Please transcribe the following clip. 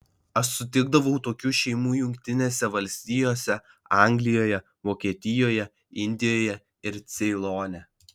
aš sutikdavau tokių šeimų jungtinėse valstijose anglijoje vokietijoje indijoje ir ceilone